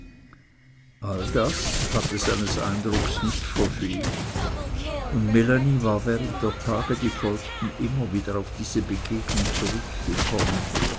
all das hatte seines eindrucks nicht verfehlt und melanie war während der tage die folgten immer wieder auf diese begegnung zurückgekommen